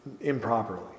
improperly